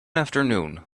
afternoon